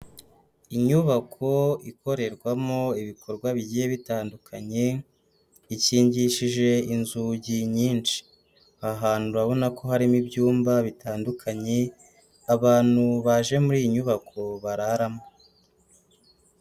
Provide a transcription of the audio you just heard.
Inyubako ikorerwamo ibikorwa bigiye bitandukanye, ikingishije inzugi nyinshi. Aha hantu urabona ko harimo ibyumba bitandukanye, abantu baje muri iyi nyubako bararamo.